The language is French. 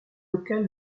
local